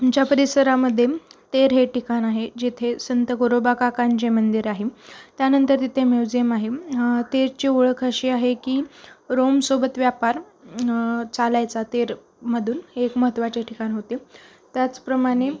आमच्या परिसरामध्ये तेर हे ठिकाण आहे जिथे संत गुरोबाकाकांचे मंदिर आहे त्यानंतर तिथे म्युझियम आहे तेरची ओळख अशी आहे की रोम सोबत व्यापार चालायचा तेरमधून हे महत्त्वाचे ठिकाण होते त्याच प्रमाणे